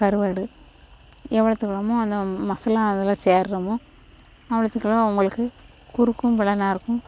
கருவாடு எவ்வளோது வேணுமோ அந்த மசாலா அதில் சேர்கிறோமோ அவ்வளத்துக்கு அவ்வளோ அவங்களுக்கு குறுக்கும் பலமா இருக்கும்